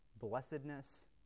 blessedness